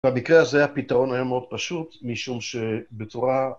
במקרה הזה הפתרון היה מאוד פשוט, משום שבצורה...